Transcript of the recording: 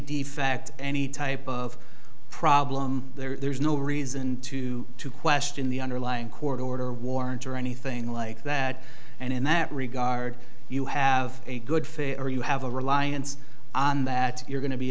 defect any type of problem there's no reason to question the underlying court order warrant or anything like that and in that regard you have a good faith or you have a reliance on that you're going to be